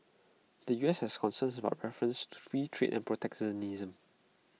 the U S has concerns about references to free trade and protectionism